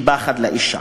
של פחד לאישה.